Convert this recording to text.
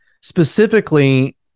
specifically